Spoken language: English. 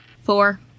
Four